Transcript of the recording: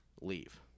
leave